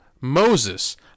Moses